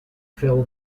fell